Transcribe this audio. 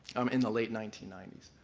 um in the late nineteen ninety